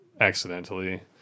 accidentally